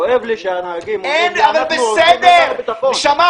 כואב לי שהנהגים אומרים לי: אנחנו פוחדים לביטחוננו.